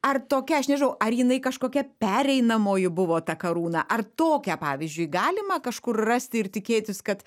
ar tokia aš nežinau ar jinai kažkokia pereinamoji buvo ta karūna ar tokią pavyzdžiui galima kažkur rasti ir tikėtis kad